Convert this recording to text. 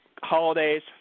holidays